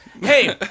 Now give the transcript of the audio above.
Hey